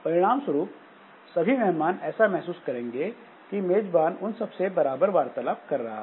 परिणाम स्वरूप सभी मेहमान ऐसा महसूस करेंगे कि मेजबान उन सब से बराबर वार्तालाप कर रहा है